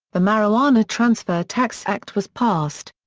the marijuana transfer tax act was passed.